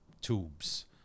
tubes